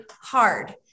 hard